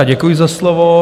Děkuji za slovo.